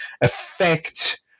affect